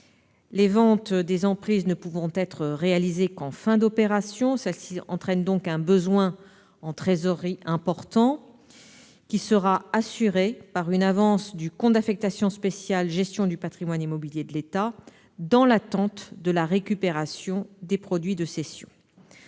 Les ventes des emprises ne pouvant être réalisées qu'en fin d'opération, le besoin en trésorerie est important. Le financement sera assuré par une avance du compte d'affectation spéciale « Gestion du patrimoine immobilier de l'État » dans l'attente de la récupération des produits de cession.